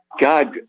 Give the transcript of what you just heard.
God